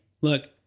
look